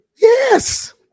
Yes